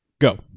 go